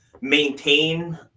maintain